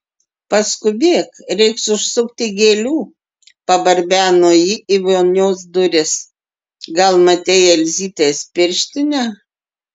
paskubėk reiks užsukti gėlių pabarbeno ji į vonios duris gal matei elzytės pirštinę